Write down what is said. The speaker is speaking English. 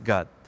God